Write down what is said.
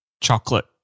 Chocolate